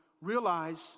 realize